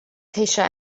ceisio